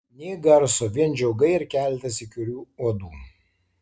nė garso vien žiogai ir keletas įkyrių uodų